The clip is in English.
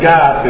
God